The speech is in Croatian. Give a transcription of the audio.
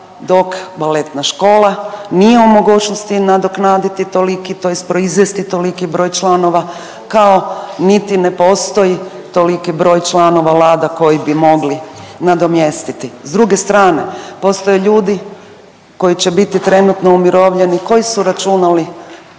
dok Baletna škola nije u mogućnosti nadoknaditi toliki tj. proizvesti toliki broj članova kao niti ne postoji toliki broj članova Lada koji bi mogli nadomjestiti. S druge strane postoje ljudi koji će biti trenutno umirovljeni koji su računali